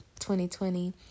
2020